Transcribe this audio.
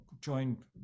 joined